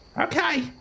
Okay